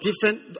different